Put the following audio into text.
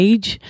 Age